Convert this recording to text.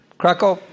crackle